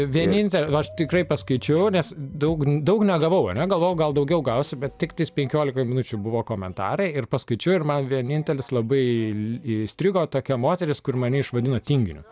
vieninteliu aš tikrai paskaičiau nes daug daug negavau ane galvojau gal daugiau gausiu bet tiktais penkiolika minučių buvo komentarai ir paskaičiau ir man vienintelis labai įstrigo tokia moteris kur mane išvadino tinginiu